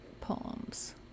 poems